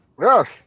Yes